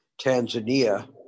Tanzania